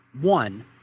One